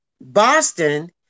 Boston